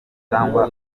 cyangwa